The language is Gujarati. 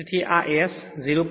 તેથી આ S 0